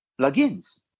plugins